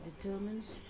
determines